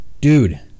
Dude